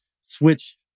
switch